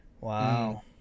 wow